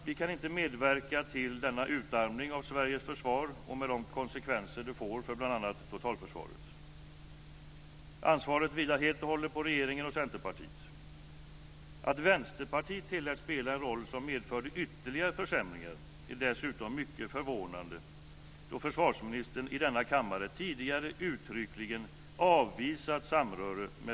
Vi kan inte medverka till denna utarmning av Sveriges försvar med de konsekvenser det får för bl.a. totalförsvaret. Ansvaret vilar helt och hållet på regeringen och Centerpartiet. Att Vänsterpartiet tilläts spela en roll som medförde ytterligare försämringar är dessutom mycket förvånande då försvarsministern i denna kammare tidigare uttryckligen avvisat samröre med